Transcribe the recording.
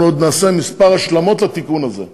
אנחנו עוד נעשה כמה השלמות לתיקון הזה.